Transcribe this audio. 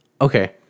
Okay